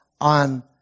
on